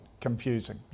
confusing